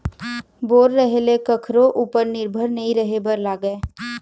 bore रहें ले कखरो उपर निरभर नइ रहे बर लागय